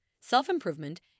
self-improvement